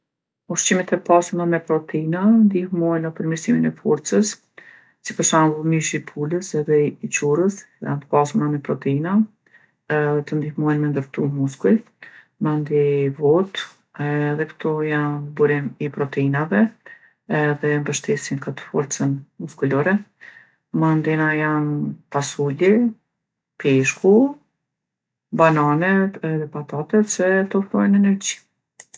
Ushqimet e pasuna me proteina ndihmojnë në përmirsimin e forcës, si për shembull mishi i pulës edhe i qurrës janë t'pasuna me proteina edhe të ndihmojnë me ndërtu muskuj. Mandej votë, edhe kto janë burim i proteinave edhe e mbështesin kët forcën muskulare. Mandena janë pasuli, peshku, bananet edhe patatet se t'ofrojnë energji.